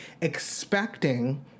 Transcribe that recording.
expecting